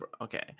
Okay